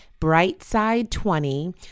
BRIGHTSIDE20